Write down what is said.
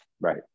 Right